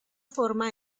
forma